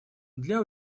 для